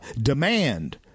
demand